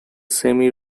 semi